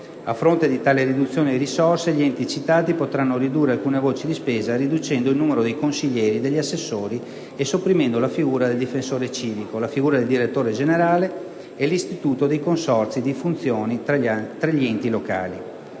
A fronte di tale riduzione di risorse, gli enti citati potranno ridurre alcune voci di spesa riducendo il numero dei consiglieri, degli assessori e sopprimendo la figura del difensore civico, la figura del direttore generale e l'istituto dei consorzi di funzioni tra gli enti locali.